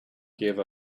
gave